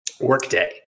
Workday